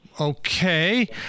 okay